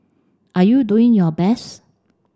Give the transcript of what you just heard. are you doing your best